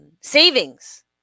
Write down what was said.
savings